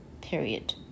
Period